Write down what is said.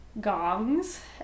gongs